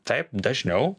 taip dažniau